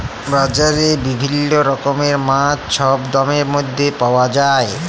বাজারে বিভিল্ল্য রকমের মাছ ছব দামের ম্যধে পাউয়া যায়